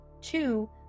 two